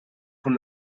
von